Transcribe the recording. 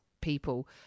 people